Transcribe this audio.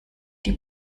die